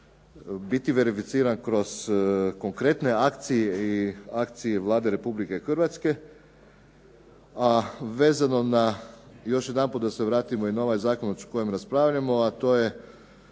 biti verificiran kroz konkretne akcije i akcije Vlade Republike Hrvatske a vezano na još jedanput da se vratimo na ovaj zakon o kojem raspravljamo a to je